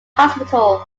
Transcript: hospital